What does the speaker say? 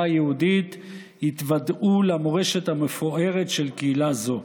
היהודית יתוודעו למורשת המפוארת של קהילה זו.